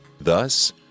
Thus